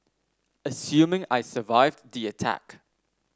assuming I survived the attack